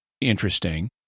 interesting